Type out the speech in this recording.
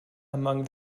among